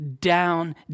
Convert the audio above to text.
down